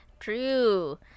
True